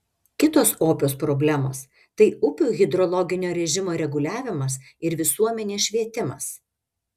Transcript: kitos opios problemos tai upių hidrologinio režimo reguliavimas ir visuomenės švietimas